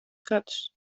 gadus